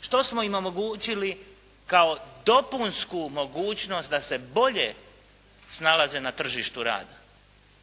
Što smo im omogućili kao dopunsku mogućnost da se bolje snalaze na tržištu rada?